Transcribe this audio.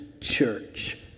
church